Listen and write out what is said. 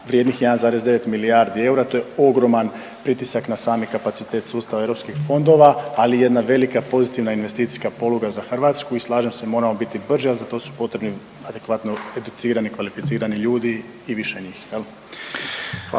vrijednih 1,9 milijardi eura, to je ogroman pritisak na sami kapacitet sustava europskih fondova, ali jedna velika pozitivna investicijska poluga za Hrvatsku i slažem se, moramo biti brži, a za to su potrebno adekvatno educirani i kvalificirani ljudi i više njih,